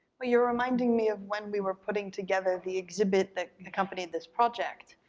well you're reminding me of when we were putting together the exhibit that accompanied this project.